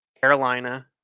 Carolina